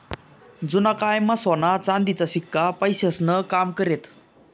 जुना कायमा सोना चांदीचा शिक्का पैसास्नं काम करेत